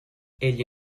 egli